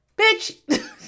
bitch